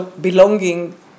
belonging